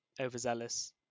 overzealous